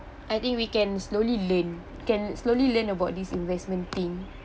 I think we can slowly learn can slowly learn about this investment thing